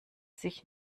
sich